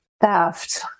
theft